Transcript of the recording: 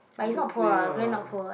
don't play lah